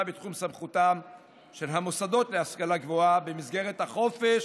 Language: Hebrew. בתחום סמכותם של המוסדות להשכלה גבוהה במסגרת החופש